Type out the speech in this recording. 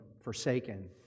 forsaken